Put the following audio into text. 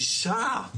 שישה'.